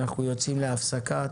הפסקה.